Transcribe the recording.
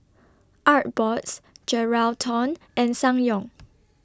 Artbox Geraldton and Ssangyong